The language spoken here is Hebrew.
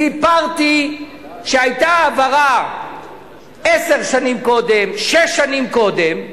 סיפרתי שהיתה העברה עשר שנים קודם, שש שנים קודם,